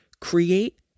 create